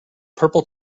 purple